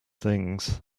things